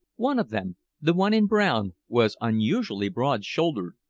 one of them the one in brown was unusually broad-shouldered,